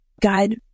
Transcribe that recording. God